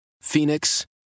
Phoenix